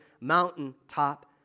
mountaintop